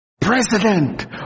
President